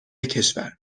کشور